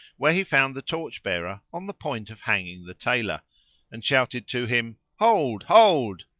where he found the torch bearer on the point of hanging the tailor and shouted to him, hold! hold!